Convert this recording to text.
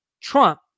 Trump